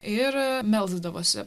ir melsdavosi